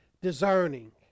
discerning